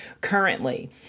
currently